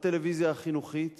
הטלוויזיה החינוכית